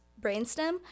brainstem